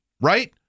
right